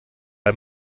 bei